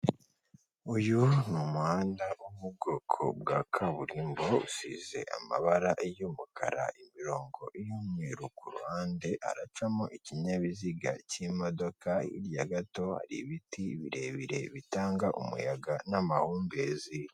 Uyu n'umuhanda wo mu bwoko bwa kaburimbo, usize amabara y'umukara, imirongo y'umweru kuruhande, haracamo ikinyabiziga cy'imodoka, hirya gato hari ibiti birebire bitanga umuyaga n'amahumbezi.